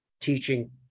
teaching